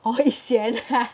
我会咸啊